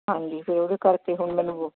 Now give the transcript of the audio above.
ਹਾਂਜੀ ਫਿਰ ਉਹਦੇ ਕਰਕੇ ਹੁਣ ਮੈਨੂੰ